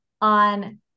on